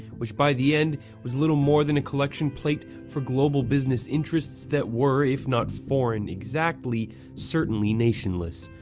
which by the end was little more than a collection plate for global business interests that were, if not foreign exactly, certainly nationless.